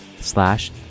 slash